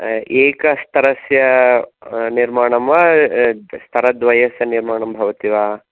एकस्तरस्य निर्माणं वा स्तरद्वयस्य निर्माणं भवति वा